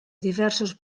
diversos